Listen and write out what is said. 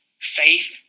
faith